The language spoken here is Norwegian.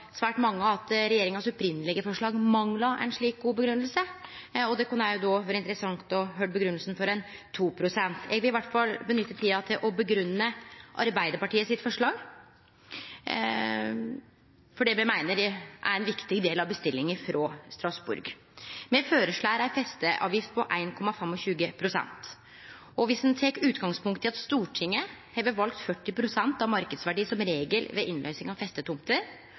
svært mange at regjeringas opphavlege forslag mangla ei slik god grunngjeving, og det kunne òg då vore interessant å høyre grunngjevinga for 2 pst. Eg vil iallfall nytte tida til å grunngje Arbeidarpartiets forslag, fordi me meiner det er ein viktig del av bestillinga frå Strasbourg. Me føreslår ei festeavgift på 1,25 pst. Dersom ein tek utgangspunkt i at Stortinget har valt 40 pst. av marknadsverdien som regel ved innløysing av